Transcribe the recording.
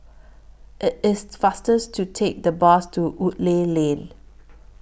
IT IS fasters to Take The Bus to Woodleigh Lane